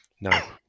No